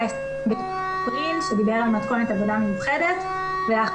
היה הסכם באפריל שדיבר על מתכונת עבודה מיוחדת ולאחר